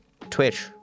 Twitch